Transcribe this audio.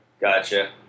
gotcha